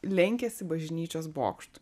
lenkėsi bažnyčios bokštui